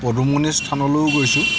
পদুমণিৰ স্থানলৈও গৈছোঁ